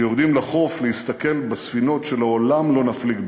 שיורדים לחוף להסתכל בספינות שלעולם לא נפליג בהן,